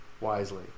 wisely